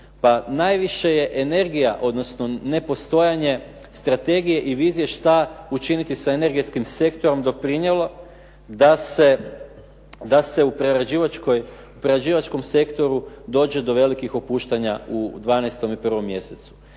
najviše je energija, odnosno nepostojanje strategije i vizije šta učiniti sa energetskim sektorom doprinijelo da se u prerađivačkom sektoru dođe do velikih opuštanja u 12. i 1. mjesecu.